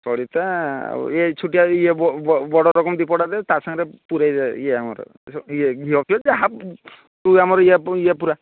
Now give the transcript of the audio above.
ସଳିତା ଆଉ ଇଏ ଛୋଟିଆ ଇଏ ବଡ଼ ରକମ ଦୀପଟା ଦେ ତା ସାଙ୍ଗରେ ପୁରାଇ ଦେ ଇଏ ଆମର କିସ ଇଏ ଘିଅ ଫିଅ ଯାହା ତୁ ଆମର ଇଏ ଇଏ ପୁରା